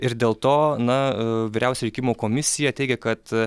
ir dėl to na vyriausia rinkimų komisija teigia kad